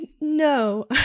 No